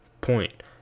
point